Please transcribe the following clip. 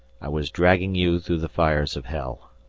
i was dragging you through the fires of hell.